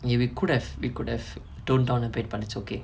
we we could have we could have tone down a bit but it's okay